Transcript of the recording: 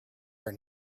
are